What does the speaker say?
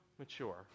mature